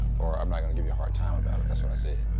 or i'm not gonna give you a hard time about it. that's what i said.